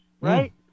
right